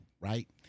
right